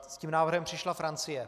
S tím návrhem přišla Francie.